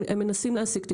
הם מנסים להשיג תקציבים,